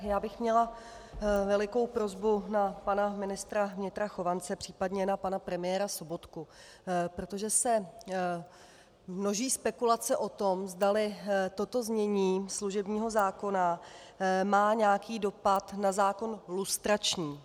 Já bych měla velikou prosbu na pana ministra vnitra Chovance případně na pana premiéra Sobotku, protože se množí spekulace o tom, zdali toto znění služebního zákona má nějaký dopad na zákon lustrační.